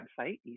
website